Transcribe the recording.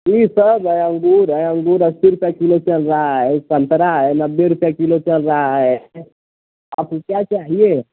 दुई सब अंगूर है अंगूर अस्सी रुपये किलो चल रहा है संतरा है संतरा नब्बे रुपये किलो चल रहा है आपको क्या चाहिए